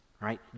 Right